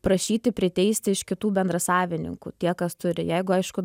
prašyti priteisti iš kitų bendrasavininkų tie kas turi jeigu aišku